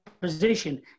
position